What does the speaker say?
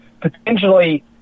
potentially